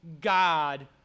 God